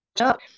up